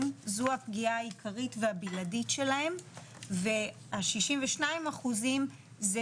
זו הפגיעה העיקרית והבלעדית שלהם וה-62 אחוזים זה